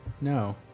no